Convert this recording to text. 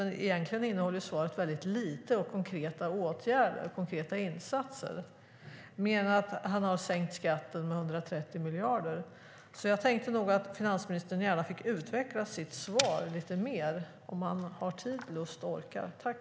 Men egentligen innehåller svaret väldigt lite om konkreta åtgärder, konkreta insatser, mer än att han har sänkt skatten med 130 miljarder. Finansministern får gärna utveckla sitt svar lite mer om han har tid, lust och ork.